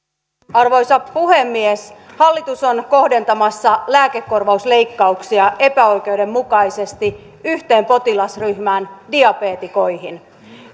arvoisa puhemies hallitus on kohdentamassa lääkekorvausleikkauksia epäoikeudenmukaisesti yhteen potilasryhmään diabeetikoihin